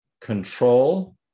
control